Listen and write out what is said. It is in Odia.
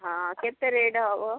ହଁ କେତେ ରେଟ୍ ହେବ